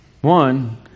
One